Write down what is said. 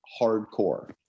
Hardcore